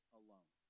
alone